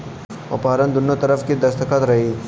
ओहपर दुन्नो तरफ़ के दस्खत रही